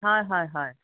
হয় হয় হয়